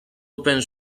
open